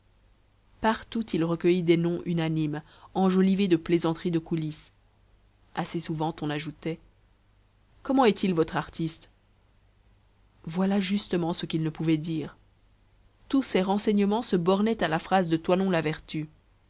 partout il recueillit des non unanimes enjolivés de plaisanteries de coulisses assez souvent on ajoutait comment est-il votre artiste voilà justement ce qu'il ne pouvait dire tous ses renseignements se bornaient à la phrase de toinon la vertu